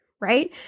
right